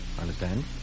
Understand